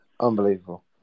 Unbelievable